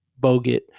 Bogut